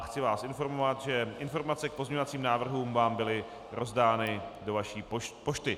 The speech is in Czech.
Chci vás informovat, že informace k pozměňovacím návrhům vám byly rozdány do vaší pošty.